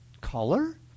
color